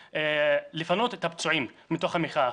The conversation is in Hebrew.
לפנות את הפצועים מתוך המחאה.